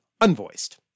unvoiced